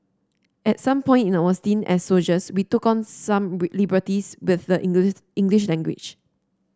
at some point in our stint as soldiers we took some liberties with the English English language